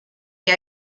que